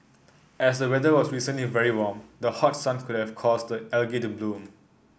as the weather was recently very warm the hot sun could have caused the algae to bloom